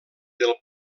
del